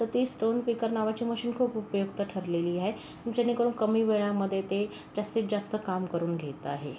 तर ती stone picker नावाची मशीन खूप उपयुक्त ठरलेली आहे जेणे करून कमी वेळामध्ये ते जास्तीत जास्त काम करून घेत आहे